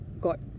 God